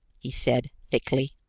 he said, thickly,